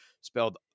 spelled